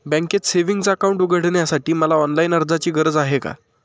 बँकेत savings account उघडण्यासाठी मला ऑनलाईन अर्जाची गरज आहे का?